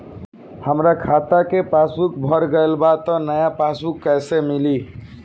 हमार खाता के पासबूक भर गएल बा त नया पासबूक कइसे मिली?